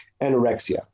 anorexia